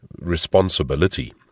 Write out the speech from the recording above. responsibility